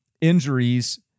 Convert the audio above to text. injuries